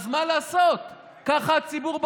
אז מה לעשות, ככה הציבור בחר.